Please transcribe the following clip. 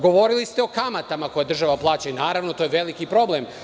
Govorili ste o kamatama koje država plaća i naravno to je veliki problem.